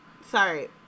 Sorry